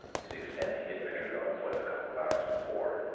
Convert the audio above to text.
whose extent he had measured on foot a couple of hours before,